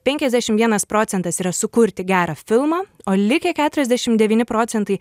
penkiasdešim vienas procentas yra sukurti gerą filmą o likę keturiasdešim devyni procentai